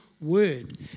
word